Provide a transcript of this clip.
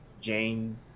jane